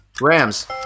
Rams